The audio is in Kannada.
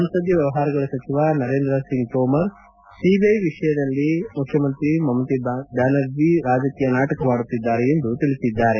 ಸಂಸದೀಯ ವ್ಯವಹಾರಗಳ ಸಚವ ನರೇಂದ್ರ ಸಿಂಗ್ ತೋಮರ್ ಸಿಬಿಐ ವಿಷಯದಲ್ಲಿ ಮುಖ್ಯಮಂತ್ರಿ ಮಮತಾ ಬ್ಯಾನರ್ಜಿ ರಾಜಕೀಯ ನಾಟಕವಾಡುತ್ತಿದ್ದಾರೆ ಎಂದು ತಿಳಿಸಿದ್ದಾರೆ